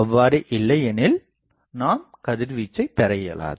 அவ்வாறு இல்லையெனில் நாம் கதிர்வீச்சை பெறஇயலாது